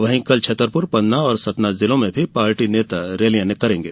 वहीं कल छतरपुर पन्ना सतना जिलो में पार्टी नेता रैलियां करेंगे